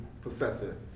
professor